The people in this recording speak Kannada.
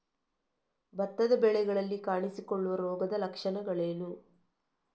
ಭತ್ತದ ಬೆಳೆಗಳಲ್ಲಿ ಕಾಣಿಸಿಕೊಳ್ಳುವ ರೋಗದ ಲಕ್ಷಣಗಳೇನು?